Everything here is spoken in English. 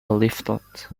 leaflets